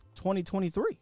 2023